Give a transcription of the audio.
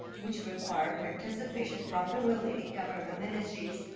which require participation from the related government ministries.